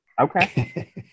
Okay